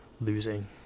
losing